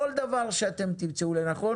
כל דבר שאתם תמצאו לנכון.